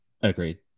Agreed